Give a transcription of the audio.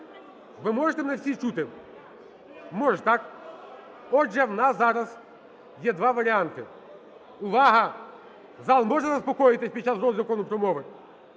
Ви можете мене всі чути? Можете, так? Отже, у нас зараз є два варіанти. Увага! Зал може заспокоїтись під час розгляду Закону про мови?